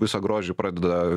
visą grožį pradeda